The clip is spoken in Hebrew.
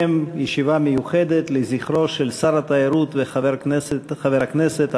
ישיבה מיוחדת לזכרו של שר התיירות וחבר הכנסת,